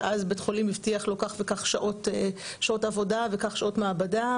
בית החולים הבטיח לו כך וכך שעות עבודה וכך וכך שעות מעבדה,